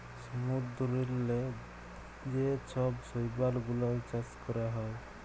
সমুদ্দূরেল্লে যে ছব শৈবাল গুলাল চাষ ক্যরা হ্যয়